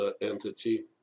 entity